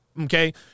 Okay